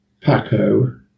Paco